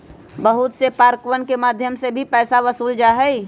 बहुत से पार्कवन के मध्यम से भी पैसा वसूल्ल जाहई